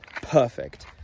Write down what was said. perfect